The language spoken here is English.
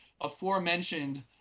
aforementioned